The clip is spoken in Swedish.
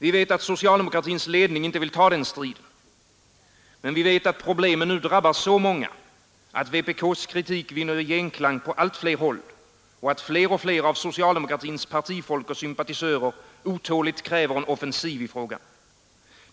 Vi vet att socialdemokratins ledning inte vill ta den striden. Men vi vet att problemen nu drabbar så många att vpk:s kritik vinner genklang på allt fler håll, att fler och fler av socialdemokratins partifolk och sympatisörer otåligt kräver en offensiv i frågan.